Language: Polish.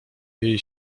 jej